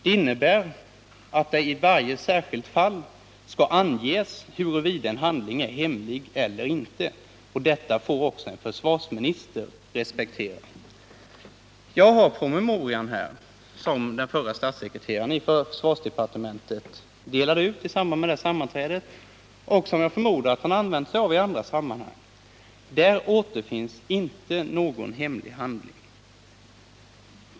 Den innebär att det i varje särskilt fall skall anges huruvida en handling är hemlig eller inte. Detta får också en försvarsminister respektera. Jag har här promemorian som den förre statssekreteraren i försvarsdepartementet delade ut i samband med det aktuella sammanträdet och som jag förmodar att han använt sig av i andra sammanhang. Där återfinns inte någon hemlig handling.